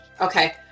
Okay